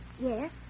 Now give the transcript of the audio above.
Yes